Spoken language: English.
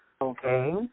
Okay